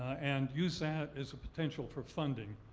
and use that as a potential for funding.